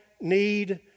need